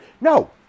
No